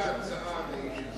מטעים אותו.